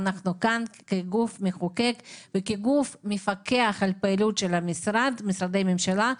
אנחנו כאן כגוף מחוקק ומפקח על פעילות משרדי הממשלה.